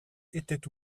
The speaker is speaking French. étaient